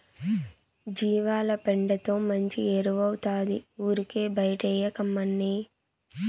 జీవాల పెండతో మంచి ఎరువౌతాది ఊరికే బైటేయకమ్మన్నీ